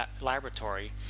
laboratory